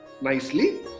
nicely